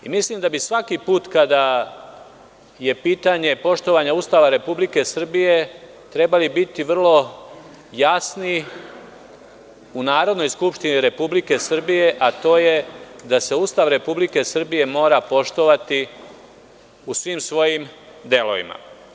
Mislim da bi svaki put kada je pitanje poštovanja Ustava Republike Srbije trebali biti vrlo jasni u Narodnoj skupštini Republike Srbije, a to je da se Ustav Republike Srbije mora poštovati u svim svojim delovima.